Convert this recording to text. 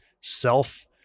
self